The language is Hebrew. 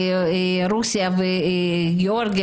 רוסיה וגיאורגיה,